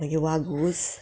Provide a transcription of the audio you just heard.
मागीर वाघूस